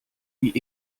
wie